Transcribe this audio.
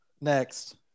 Next